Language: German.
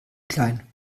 klein